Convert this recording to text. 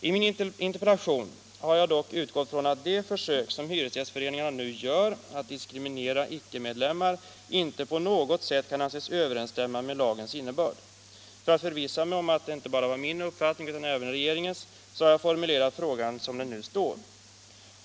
I min interpellation har jag dock utgått från att de försök som hyresgästföreningarna nu gör att diskriminera icke-medlemmar inte på något sätt kan anses överensstämma med lagens innebörd. För att förvissa mig om att detta inte bara var min uppfattning utan även regeringens har jag formulerat frågan som den nu står.